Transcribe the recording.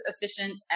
efficient